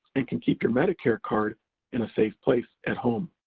and can keep your medicare card in a safe place at home.